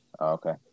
Okay